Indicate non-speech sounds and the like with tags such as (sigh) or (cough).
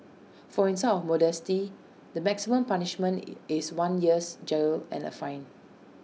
for insult of modesty the maximum punishment (noise) is one year's jail and A fine